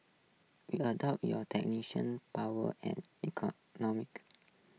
we adopt your technical power and ecnomic